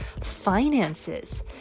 finances